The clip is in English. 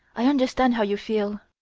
i understand how you feel.